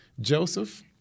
Joseph